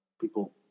people